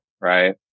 right